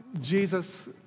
Jesus